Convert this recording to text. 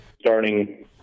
starting